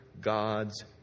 God's